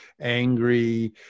angry